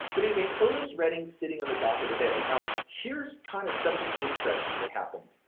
but anyway, otis redding sittin' on the dock of the bay. you know here's kind of something interesting that happened,